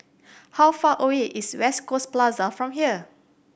how far away is West Coast Plaza from here